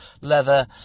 leather